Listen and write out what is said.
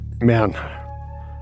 Man